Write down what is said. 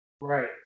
Right